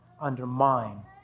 undermine